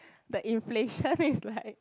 the inflation is like